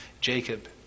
Jacob